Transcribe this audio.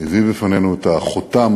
הביא בפנינו את החותם